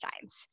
times